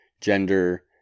gender